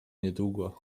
niedługo